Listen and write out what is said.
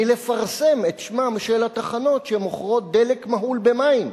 מלפרסם את שמן של התחנות שמוכרות דלק מהול במים,